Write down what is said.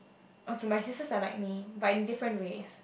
okay my sisters are like me but in different ways